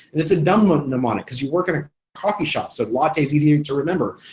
and it's a dumb ah mnemonic cause you work in a coffee shop so latte is easier to remember.